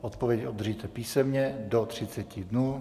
Odpověď obdržíte písemně do 30 dnů.